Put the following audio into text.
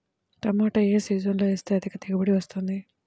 టమాటా ఏ సీజన్లో వేస్తే అధిక దిగుబడి వస్తుంది?